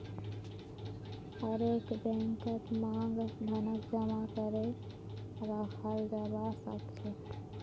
हरेक बैंकत मांग धनक जमा करे रखाल जाबा सखछेक